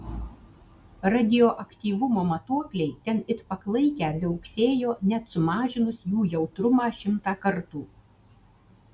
radioaktyvumo matuokliai ten it paklaikę viauksėjo net sumažinus jų jautrumą šimtą kartų